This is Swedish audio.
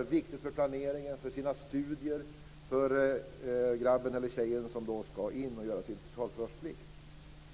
Det är viktigt för planeringen av studier för den grabb eller tjej som skall göra sin totalförsvarsplikt.